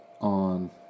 on